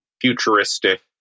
futuristic